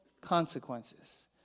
consequences